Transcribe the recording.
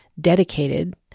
dedicated